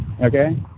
Okay